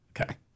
Okay